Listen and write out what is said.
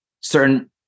certain